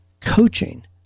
coaching